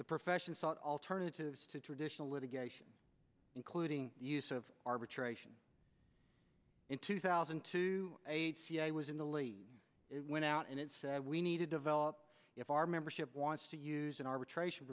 the profession sought alternatives to traditional litigation including the use of arbitration in two thousand to eight was in the lead it went out and it said we need to develop if our membership wants to use an arbitration